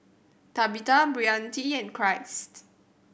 Tabitha Brittani and Christ